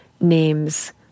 names